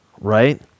right